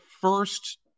first